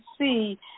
see